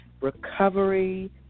recovery